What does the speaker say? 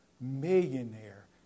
millionaire